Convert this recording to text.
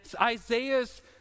Isaiah's